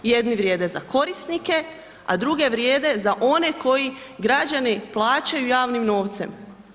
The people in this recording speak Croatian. Jedni vrijede za korisnike, a druge vrijede za one koji građani plaćaju javnim novcem.